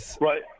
Right